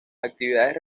actividades